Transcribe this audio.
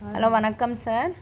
hello வணக்கம் sir